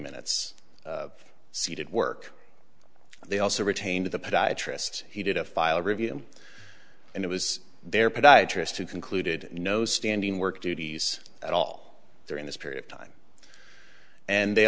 minutes of seated work they also retained the podiatrist he did a file review and it was their podiatrist who concluded no standing work duties at all during this period of time and they